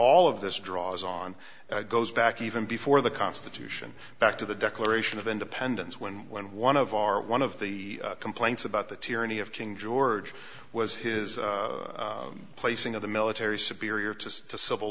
all of this draws on goes back even before the constitution back to the declaration of independence when when one of our one of the complaints about the tyranny of king george was his placing of the military superior to the civil